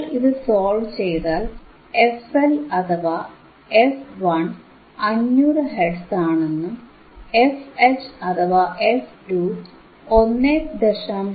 നിങ്ങൾ ഇതു സോൾവ് ചെയ്താൽ fL അഥവാ f1 500 ഹെർട്സ് ആണെന്നും fH അഥവാ f2 1